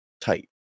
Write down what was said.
tight